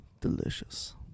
delicious